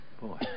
Boy